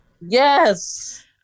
Yes